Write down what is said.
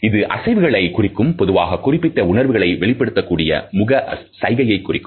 இது அசைவுகளை குறிக்கும் பொதுவாககுறிப்பிட்ட உணர்வுகளை வெளிப்படுத்தக் கூடிய முக சைகைகளை குறிக்கும்